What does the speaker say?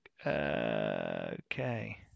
Okay